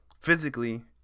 physically